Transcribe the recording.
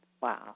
Wow